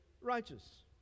righteous